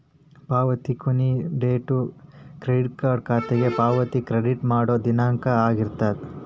ಪಾವತಿ ಕೊನಿ date credit card ಖಾತೆಗೆ ಪಾವತಿ ಕ್ರೆಡಿಟ್ ಮಾಡೋ ದಿನಾಂಕನ ಆಗಿರ್ತದ